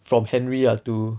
from henry ah to